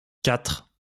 quatre